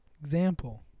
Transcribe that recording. Example